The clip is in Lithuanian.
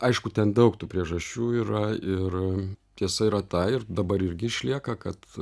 aišku ten daug tų priežasčių yra ir tiesa yra tai ir dabar irgi išlieka kad